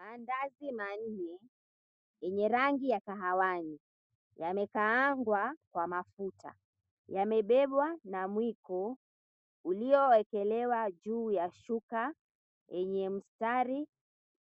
Maandazi manne yenye rangi ya kahawani yamekaangwa kwa mafuta. Yamebebwa na mwiko uliowekelewa juu ya shuka yenye mstari